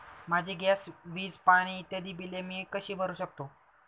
माझी गॅस, वीज, पाणी इत्यादि बिले मी कशी भरु शकतो?